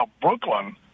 Brooklyn